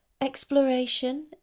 exploration